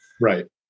Right